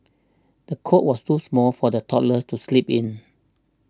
the cot was too small for the toddler to sleep in